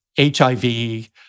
HIV